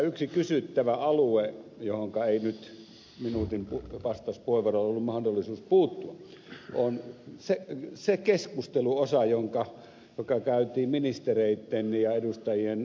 yksi kysyttävä alue johonka ei nyt minuutin vastauspuheenvuorolla ollut mahdollisuus puuttua on se keskustelun osa joka käytiin ministereitten ja edustajien laakso ja lapintie kesken